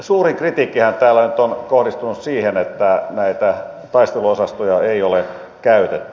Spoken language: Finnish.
suurin kritiikkihän täällä nyt on kohdistunut siihen että näitä taisteluosastoja ei ole käytetty